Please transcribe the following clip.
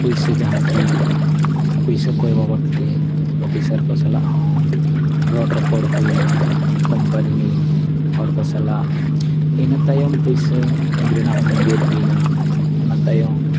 ᱯᱩᱭᱥᱟᱹ ᱡᱟᱦᱟᱸ ᱠᱤ ᱯᱩᱭᱥᱟᱹ ᱠᱚᱭ ᱵᱟᱵᱚᱫᱽ ᱛᱮ ᱚᱯᱷᱤᱥᱟᱨ ᱠᱚ ᱥᱟᱞᱟᱜ ᱦᱚᱸ ᱨᱚᱲ ᱨᱚᱯᱚᱲ ᱦᱩᱭᱮᱱᱟ ᱠᱳᱢᱯᱟᱱᱤ ᱨᱤᱱ ᱦᱚᱲ ᱠᱚ ᱥᱟᱞᱟᱜ ᱤᱱᱟᱹ ᱛᱟᱭᱚᱢ ᱯᱩᱭᱥᱟᱹ ᱮᱢ ᱨᱮᱭᱟᱜ ᱢᱚᱱᱡᱩᱨ ᱦᱩᱭᱮᱱᱟ ᱚᱱᱟ ᱛᱟᱭᱚᱢ